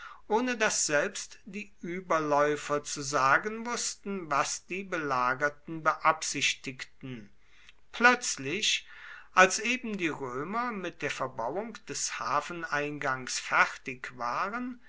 ohne daß selbst die überläufer zu sagen wußten was die belagerten beabsichtigten plötzlich als eben die römer mit der verbauung des hafeneingangs fertig waren